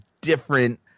different